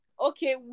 okay